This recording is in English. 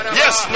yes